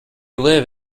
live